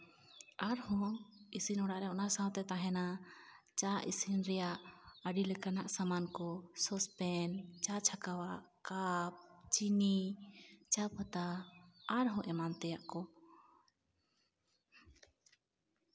ᱟᱨᱦᱚᱸ ᱤᱥᱤᱱ ᱚᱲᱟᱜ ᱨᱮ ᱚᱱᱟ ᱥᱟᱶᱛᱮ ᱛᱟᱦᱮᱱᱟ ᱪᱟ ᱤᱥᱤᱱ ᱨᱮᱭᱟᱜ ᱟᱹᱰᱤ ᱞᱮᱠᱟᱱᱟᱜ ᱥᱟᱢᱟᱱ ᱠᱚ ᱥᱚᱸᱥᱯᱮᱱᱴ ᱪᱟ ᱪᱷᱟᱠᱟᱣᱟᱜ ᱠᱟᱯ ᱪᱤᱱᱤ ᱪᱟ ᱯᱟᱛᱟ ᱟᱨᱦᱚᱸ ᱮᱢᱟᱱ ᱛᱮᱭᱟᱜ ᱠᱚ